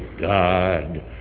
God